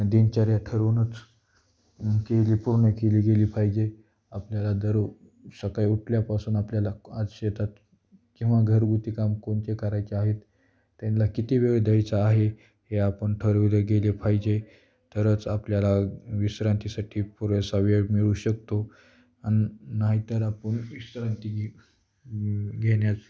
दिनचर्या ठरवूनच केली पूर्ण केली गेली पाहिजे आपल्याला दररोज सकाळी उठल्यापासून आपल्याला आज शेतात किंवा घरगुती काम कोणते करायचे आहेत त्याला किती वेळ द्यायचा आहे हे आपण ठरवले गेले पाहिजे तरच आपल्याला विश्रांतीसाठी पुरेसा वेळ मिळू शकतो आणि नाहीतर आपण विश्रांती घेण्यात